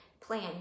plan